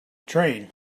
train